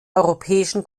europäischen